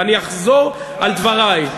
ואני אחזור על דברי.